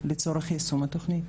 לצורך יישום התוכנית.